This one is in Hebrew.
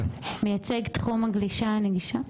מייצג תחום הגלישה הנגישה.